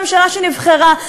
הממשלה שנבחרה,